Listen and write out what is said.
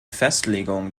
festlegung